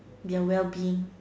they're well being